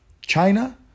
China